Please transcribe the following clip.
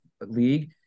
League